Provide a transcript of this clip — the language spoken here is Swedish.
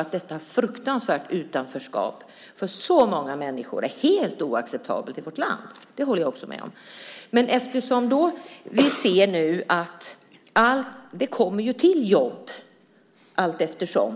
Att det fruktansvärda utanförskapet för så många människor är helt oacceptabelt i vårt land håller jag också med om. Ganska bra tillkommer nu jobb allteftersom.